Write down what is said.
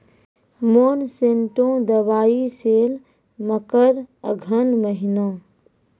Monsanto दवाई sale मकर अघन महीना,